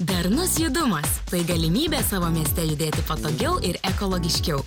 darnus judumas tai galimybė savo mieste judėti patogiau ir ekologiškiau